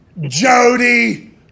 Jody